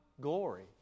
glory